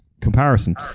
comparison